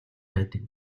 байдаг